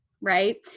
right